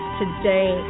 today